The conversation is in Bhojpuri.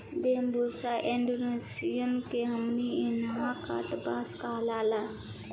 बैम्बुसा एरुण्डीनेसीया के हमनी इन्हा कांटा बांस कहाला